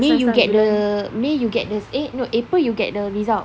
may you get the may you get the eh april you get the result